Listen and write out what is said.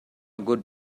good